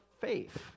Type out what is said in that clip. faith